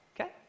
Okay